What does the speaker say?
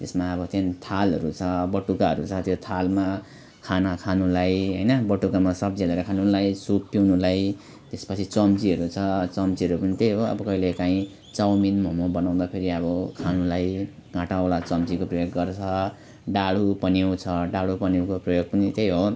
त्यसमा अब चाहिँ थालहरू छ त्यो बटुकाहरू छ त्यो थालमा खाना खानुलाई होइन बटुकामा सब्जी हालेर खानुलाई सुप पिउनुलाई त्यस पछि चम्चीहरू छ चम्चीहरू पनि अब त्यही हो अब कहिले काहीँ चाउमिन मम बनाउँदा फेरि अब खानुलाई काँटावाला चम्चीको प्रयोग गर्छ डाडु पन्यु छ डाडु पन्युको प्रयोग पनि त्यही हो